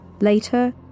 Later